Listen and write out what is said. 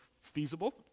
feasible